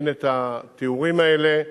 אין התיאורים האלה,